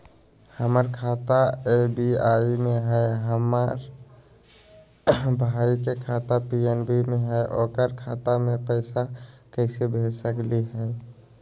हमर खाता एस.बी.आई में हई, हमर भाई के खाता पी.एन.बी में हई, ओकर खाता में पैसा कैसे भेज सकली हई?